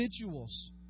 individuals